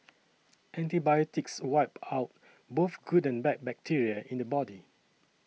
antibiotics wipe out both good and bad bacteria in the body